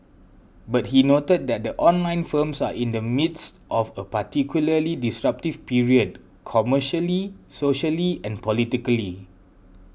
but he noted that the online firms are in the midst of a particularly disruptive period commercially socially and politically